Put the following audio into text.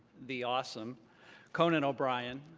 the awesome conan o'brien.